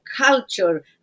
culture